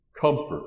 comfort